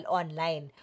online